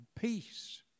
peace